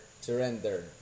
Surrender